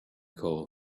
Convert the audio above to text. call